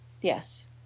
yes